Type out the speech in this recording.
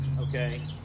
Okay